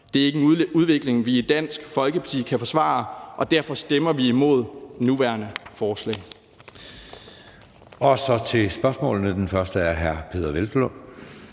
Det er ikke en udvikling, vi i Dansk Folkeparti kan forsvare, og derfor stemmer vi imod det nuværende forslag. Kl. 11:58 Anden næstformand (Jeppe Søe):